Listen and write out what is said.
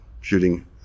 shooting